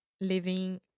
living